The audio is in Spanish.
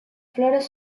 flores